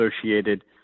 associated